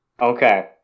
Okay